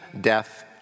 death